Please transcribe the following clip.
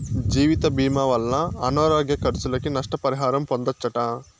జీవితభీమా వల్ల అనారోగ్య కర్సులకి, నష్ట పరిహారం పొందచ్చట